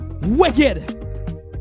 wicked